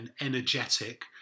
energetic